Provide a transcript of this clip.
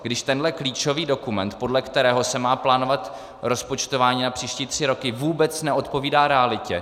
Když tenhle klíčový dokument, podle kterého se má plánovat rozpočtování na příští tři roky, vůbec neodpovídá realitě.